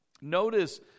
Notice